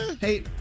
Hey